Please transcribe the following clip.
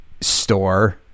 store